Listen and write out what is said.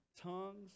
tongues